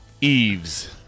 Eves